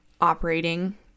operating